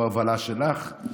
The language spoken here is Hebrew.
בהובלה שלך.